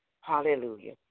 Hallelujah